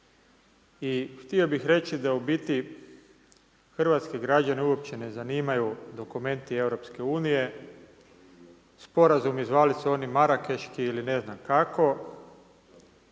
i htio bih reći da u biti hrvatske građane uopće ne zanimaju dokumenti EU, sporazumi zvali se oni marakeški ili ne znam kako,